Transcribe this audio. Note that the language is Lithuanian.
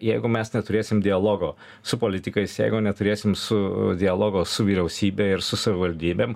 jeigu mes neturėsim dialogo su politikais jeigu neturėsim su dialogo su vyriausybe ir su savivaldybėm